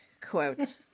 Quote